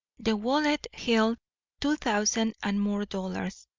the wallet held two thousand and more dollars,